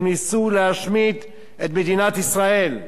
הם ניסו להשמיד את מדינת ישראל.